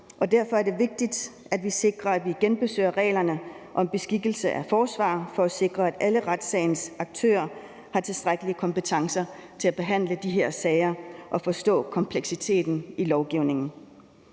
derfor er det vigtigt, at vi sikrer, at vi genbesøger reglerne om beskikkelse af forsvarere for at sikre, at alle retssagens aktører har tilstrækkelige kompetencer til at behandle de her sager og forstå kompleksiteten i lovgivningen.